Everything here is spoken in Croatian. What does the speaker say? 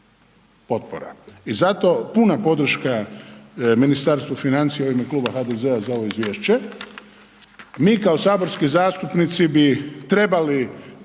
i zato puna podrška Ministarstvu financija u ime Kluba HDZ-a za ovo izvješće. Mi kao saborski zastupnici bi trebali